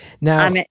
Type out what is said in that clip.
Now